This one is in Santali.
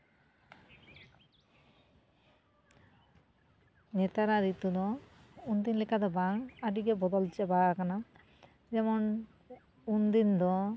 ᱱᱮᱛᱟᱨᱟᱜ ᱨᱤᱛᱩ ᱫᱚ ᱩᱱᱫᱤᱱ ᱞᱮᱠᱟᱫᱚ ᱵᱟᱝ ᱟᱹᱰᱤ ᱜᱮ ᱵᱚᱫᱚᱞ ᱪᱟᱵᱟᱣ ᱠᱟᱱᱟ ᱡᱮᱢᱚᱱ ᱩᱱ ᱫᱤᱱ ᱫᱚ